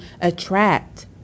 attract